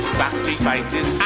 sacrifices